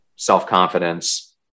self-confidence